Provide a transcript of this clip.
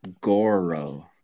Goro